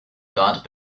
guard